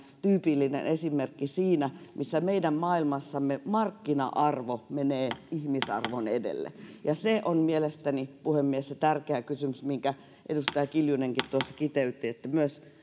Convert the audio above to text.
tyypillinen esimerkki siitä missä meidän maailmassamme markkina arvo menee ihmisarvon edelle ja se on mielestäni puhemies se tärkeä kysymys minkä edustaja kiljunenkin tuossa kiteytti että